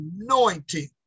anointing